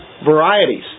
Varieties